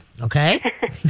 okay